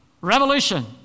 revolution